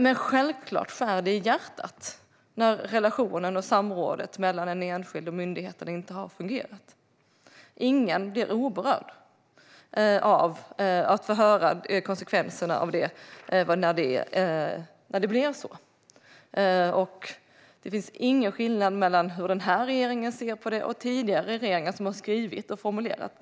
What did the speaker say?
Men självklart skär det i hjärtat när relationen och samrådet mellan en enskild och myndigheten inte har fungerat. Ingen blir oberörd av att få höra konsekvenserna när det blivit så. Det finns ingen skillnad i synsättet på detta mellan den här regeringen och tidigare regeringar.